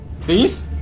Please